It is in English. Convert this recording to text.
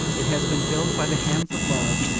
it has been built by the hands of love,